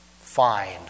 Fine